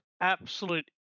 absolute